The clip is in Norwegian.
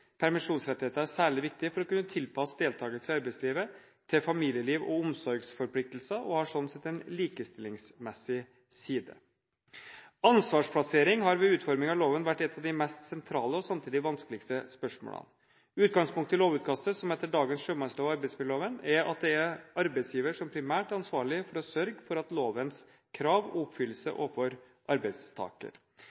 Permisjonsrettigheter er særlig viktig for å kunne tilpasse deltakelse i arbeidslivet til familieliv og omsorgsforpliktelser, og de har sånn sett en likestillingsside. Ansvarsplassering har ved utformingen av loven vært et av de mest sentrale, og samtidig vanskeligste, spørsmålene. Utgangspunktet i lovutkastet – som etter dagens sjømannslov og arbeidsmiljøloven – er at det er arbeidsgiver som primært er ansvarlig for å sørge for at lovens krav